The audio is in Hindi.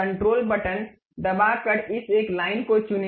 कंट्रोल बटन दबाकर इस एक लाइन को चुनें